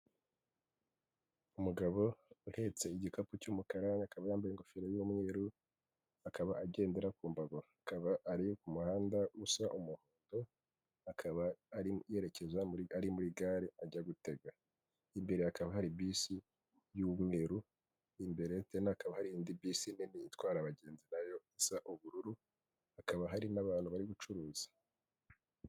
Umugabo uhetse igikapu cy'umukara, akaba yambaye ingofero y'umweru akaba agendera ku mbago, akaba ari mu muhanda usa umuhondo, akaba ari yerekeza muri gare ajya gutega, imbere hakaba hari bisi y'umweru, imbere hakaba hari indi bisi nini itwara abagenzi nayo isa ubururu, hakaba hari n'abantu bari gucuruza.